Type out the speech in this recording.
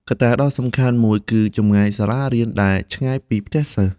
កត្តាដ៏សំខាន់មួយគឺចម្ងាយសាលារៀនដែលឆ្ងាយពីផ្ទះសិស្ស។